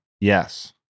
Yes